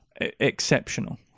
exceptional